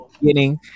beginning